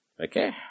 Okay